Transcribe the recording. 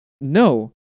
No